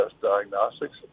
diagnostics